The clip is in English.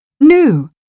New